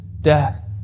death